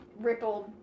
rippled